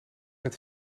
met